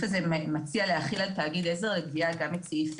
הזה מציע להחיל על תאגיד עזר לגבייה גם את סעיף